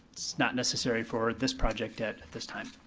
it's not necessary for this project at this time.